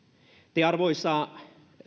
te arvoisa